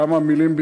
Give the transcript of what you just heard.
כמה מילים,